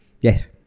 Yes